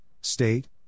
state